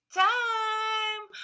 time